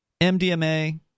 MDMA